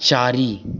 चारि